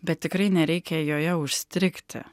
bet tikrai nereikia joje užstrigti